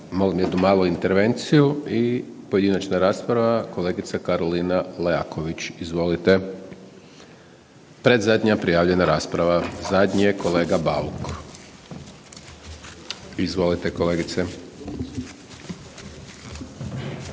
Molim malu intervenciju i pojedinačna rasprava kolegica Karolina Leaković. Izvolite. Predzadnja prijavljena rasprava, zadnji je kolega Bauk. Izvolite kolegice.